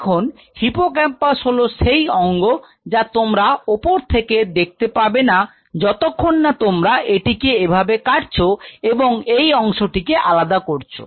এখন হিপোক্যাম্পাস হলো সেই অঙ্গ যা তোমরা উপর থেকে দেখতে পাবে না যতক্ষণ না তোমরা এটিকে এভাবে কাটছো এবং এই অংশটিতে আলাদা করছো